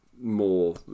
more